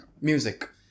Music